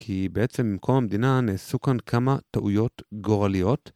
כי בעצם עם קום המדינה נעשו כאן כמה טעויות גורליות.